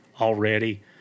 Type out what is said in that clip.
already